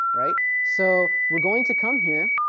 right, so we're going to come here,